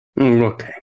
okay